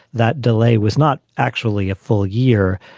that delay was not actually a full year.